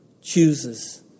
chooses